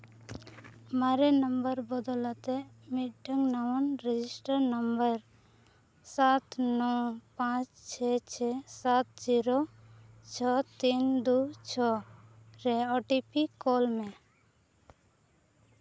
ᱢᱟᱨᱮ ᱱᱚᱢᱵᱚᱨ ᱵᱚᱫᱚᱞᱟᱛᱮ ᱢᱤᱫᱴᱮᱱ ᱱᱟᱣᱟᱱ ᱨᱮᱡᱤᱥᱴᱟᱨ ᱱᱟᱢᱵᱟᱨ ᱥᱟᱛ ᱱᱚ ᱯᱟᱸᱪ ᱪᱷᱮ ᱪᱷᱮ ᱥᱟᱛ ᱡᱤᱨᱳ ᱪᱷᱚ ᱛᱤᱱ ᱫᱩ ᱪᱷᱚ ᱨᱮ ᱳᱴᱤᱯᱤ ᱠᱩᱞ ᱢᱮ